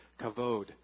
kavod